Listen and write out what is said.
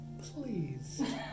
Please